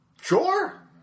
Sure